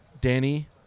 danny